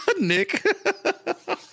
Nick